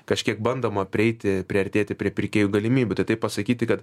kažkiek bandoma prieiti priartėti pirkėjų galimybių tai taip pasakyti kad